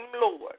Lord